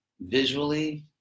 visually